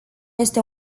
este